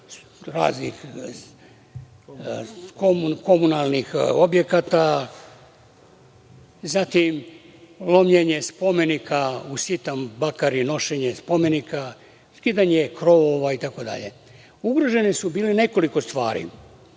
raznih komunalnih objekata, zatim lomljenje spomenika u sitan bakar i nošenje spomenika, skidanje krovova itd. Bilo je ugroženo nekoliko stvari,